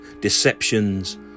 deceptions